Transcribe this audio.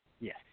yes